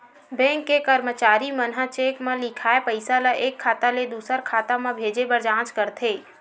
bank के करमचारी मन ह चेक म लिखाए पइसा ल एक खाता ले दुसर खाता म भेजे बर जाँच करथे